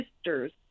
sister's